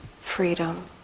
freedom